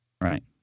Right